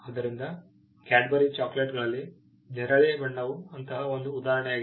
ಆದ್ದರಿಂದ ಕ್ಯಾಡ್ಬರಿ ಚಾಕೊಲೇಟ್ಗಳಲ್ಲಿ ನೇರಳೆ ಬಣ್ಣವು ಅಂತಹ ಒಂದು ಉದಾಹರಣೆಯಾಗಿದೆ